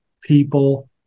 people